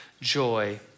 joy